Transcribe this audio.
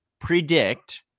predict